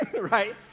Right